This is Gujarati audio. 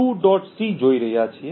c જોઈ રહ્યા છીએ